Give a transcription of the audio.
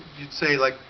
you'd say, like,